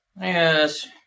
Yes